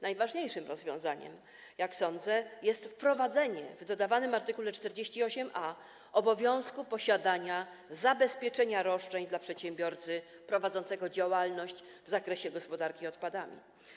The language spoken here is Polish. Najważniejszym rozwiązaniem, jak sądzę, jest wprowadzenie w dodawanym art. 48a obowiązku posiadania zabezpieczenia roszczeń dla przedsiębiorcy prowadzącego działalność w zakresie gospodarki odpadami.